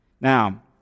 Now